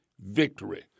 victory